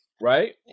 right